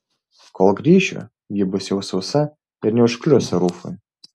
kol grįšiu ji bus jau sausa ir neužklius rufui